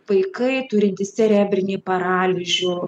vaikai turinti cerebrinį paralyžių